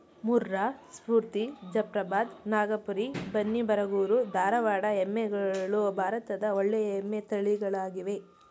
ಮುರ್ರಾ, ಸ್ಪೂರ್ತಿ, ಜಫ್ರಾಬಾದ್, ನಾಗಪುರಿ, ಬನ್ನಿ, ಬರಗೂರು, ಧಾರವಾಡ ಎಮ್ಮೆಗಳು ಭಾರತದ ಒಳ್ಳೆಯ ಎಮ್ಮೆ ತಳಿಗಳಾಗಿವೆ